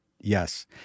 Yes